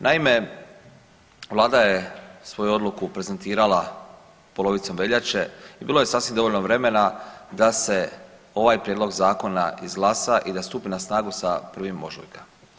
Naime, Vlada je svoju odluku prezentirala polovicom veljače i bilo je sasvim dovoljno vremena da se ovaj prijedlog zakona izglasa i da stupi na snagu sa 1. ožujka.